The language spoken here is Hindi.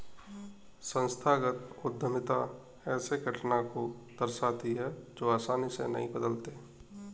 संस्थागत उद्यमिता ऐसे घटना को दर्शाती है जो आसानी से नहीं बदलते